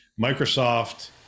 Microsoft